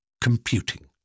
Computing